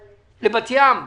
לבת-ים,